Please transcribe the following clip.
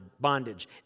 bondage